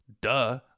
duh